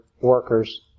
workers